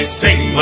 sing